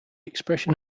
expression